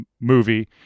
movie